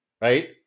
right